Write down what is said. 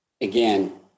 again